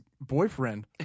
boyfriend